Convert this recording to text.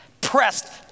pressed